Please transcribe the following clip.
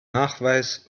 nachweis